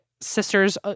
sisters